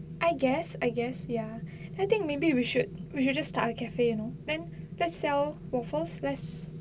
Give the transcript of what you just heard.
I guess I guess ya I think maybe we should we should just start a cafe you know then let's sell first less